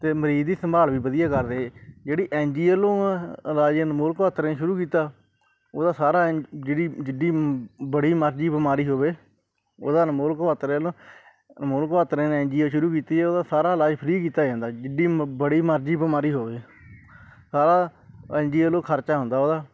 ਅਤੇ ਮਰੀਜ਼ ਦੀ ਸੰਭਾਲ ਵੀ ਵਧੀਆ ਕਰ ਰਹੇ ਜਿਹੜੀ ਐਨਜੀਓ ਵੱਲੋਂ ਆ ਰਾਜੇ ਅਨਮੋਲ ਕਵਾਤਰੇ ਨੇ ਸ਼ੁਰੂ ਕੀਤਾ ਉਹਦਾ ਸਾਰਾ ਐਨ ਜਿਹੜੀ ਜਿੱਡੀ ਬੜੀ ਮਰਜ਼ੀ ਬਿਮਾਰੀ ਹੋਵੇ ਉਹਦਾ ਅਨਮੋਲ ਕਵਾਤਰੇ ਵੱਲੋਂ ਅਨਮੋਲ ਕਵਾਤਰੇ ਨੇ ਐਨਜੀਓ ਸ਼ੁਰੂ ਕੀਤੀ ਉਹਦਾ ਸਾਰਾ ਇਲਾਜ ਫਰੀ ਕੀਤਾ ਜਾਂਦਾ ਜਿੱਡੀ ਮ ਬੜੀ ਮਰਜ਼ੀ ਬਿਮਾਰੀ ਹੋਵੇ ਸਾਰਾ ਐਨਜੀਓ ਵੱਲੋਂ ਖਰਚਾ ਹੁੰਦਾ ਉਹਦਾ